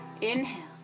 Inhale